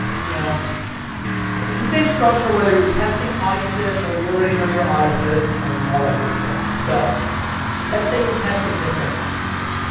you know it's the same structure whether you're testing audiences or you already know your audiences and all that good stuff. so let's say you're testing different audiences.